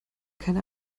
keine